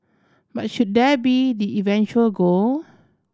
but should that be the eventual goal